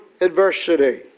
adversity